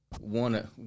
one